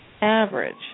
average